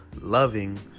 Loving